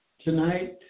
Tonight